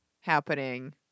happening